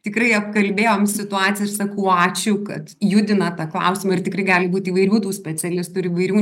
tikrai apkalbėjom situaciją ir sakau ačiū kad judina tą klausimą ir tikrai gali būt įvairių tų specialistų ir įvairių